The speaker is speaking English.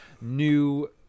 new